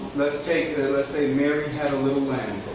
let's say let's say mary had a little lamb.